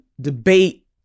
debate